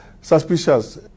suspicious